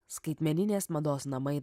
skaitmeninės mados namai